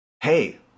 hey